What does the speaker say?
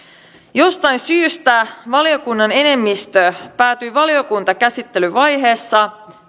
jostain syystä valiokunnan enemmistö päätyi valiokuntakäsittelyvaiheessa